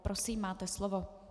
Prosím, máte slovo.